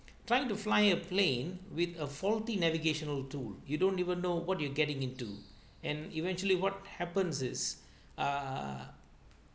trying to fly a plane with a faulty navigational tool you don't even know what you're getting into and eventually what happens is err